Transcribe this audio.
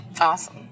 Awesome